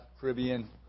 Caribbean